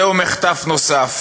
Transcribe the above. זהו מחטף נוסף